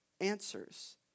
answers